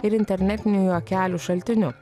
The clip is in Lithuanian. ir internetinių juokelių šaltiniu